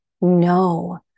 no